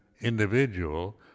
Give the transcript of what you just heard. individual